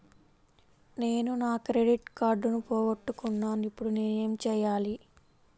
నేను నా క్రెడిట్ కార్డును పోగొట్టుకున్నాను ఇపుడు ఏం చేయాలి?